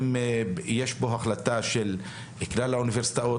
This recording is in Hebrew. אם יש פה החלטה של כלל האוניברסיטאות